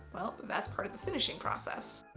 well that's part of the finishing process.